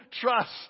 trust